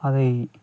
அதை